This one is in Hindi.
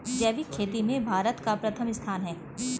जैविक खेती में भारत का प्रथम स्थान है